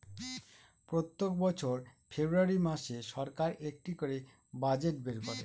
প্রত্যেক বছর ফেব্রুয়ারী মাসে সরকার একটা করে বাজেট বের করে